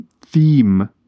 theme